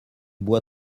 boit